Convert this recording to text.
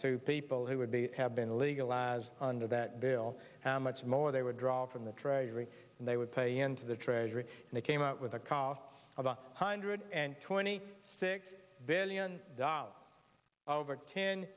to people who would be have been legalized under that bill how much more they would draw from the treasury and they would pay into the treasury and they came out with a cost of one hundred and twenty six billion dollars over ten